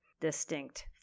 distinct